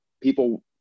people